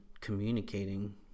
communicating